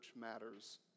matters